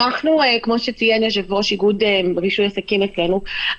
כמו שציין יושב-ראש איגוד רישוי עסקים אצלנו,